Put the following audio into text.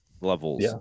levels